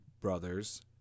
brothers